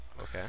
Okay